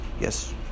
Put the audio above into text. yes